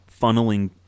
funneling